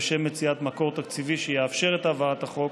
לשם מציאת מקור תקציבי שיאפשר את הבאת החוק,